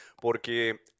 porque